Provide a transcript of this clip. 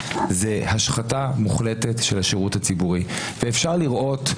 זה השחתה מוחלטת של השירות הציבורי ואפשר לראות,